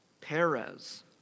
Perez